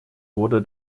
wurde